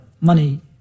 money